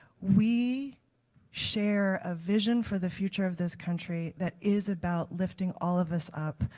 we share a vision for the future of this country that is about listing all of this up.